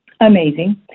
amazing